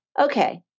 okay